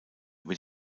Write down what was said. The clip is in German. wird